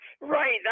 Right